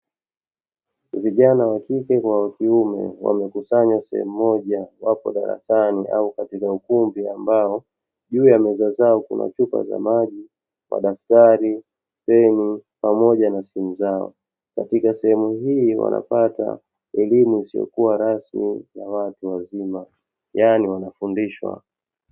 Vijana wa kike kwa wa kiume, wamejikusanya sehemu moja, wapo darasani, au katika ukumbi ambao, juu ya meza zao kuna chupa za maji, madaftari, peni, pamoja na simu zao. Katika sehemu hii wanapata elimu isiyokuwa rasmi ya watu wazima, yaani wanafundishwa.